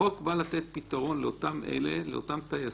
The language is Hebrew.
החוק בוא לתת פתרון לאותם טייסים,